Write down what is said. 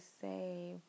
say